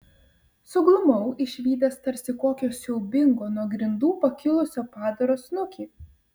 suglumau išvydęs tarsi kokio siaubingo nuo grindų pakilusio padaro snukį